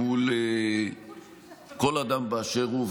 מול כל אדם באשר הוא,